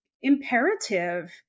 imperative